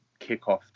kickoff